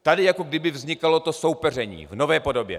Tady jako kdyby vznikalo to soupeření v nové podobě.